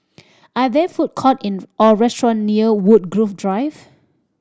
are there food court in or restaurant near Woodgrove Drive